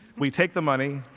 we take the money.